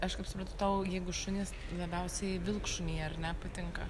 aš supratau tau jeigu šunys labiausiai vilkšuniai ar ne patinka